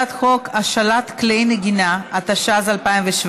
הצעת חוק השאלת כלי נגינה, התשע"ז 2017,